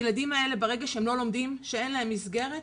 הילדים האלה ברגע שהם לא לומדים, שאין להם מסגרת,